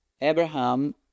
abraham